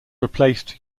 replaced